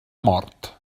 mort